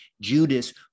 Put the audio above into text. Judas